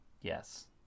Yes